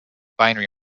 binary